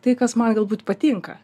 tai kas man galbūt patinka